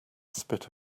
spit